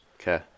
Okay